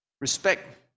respect